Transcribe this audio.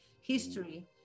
history